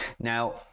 Now